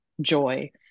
joy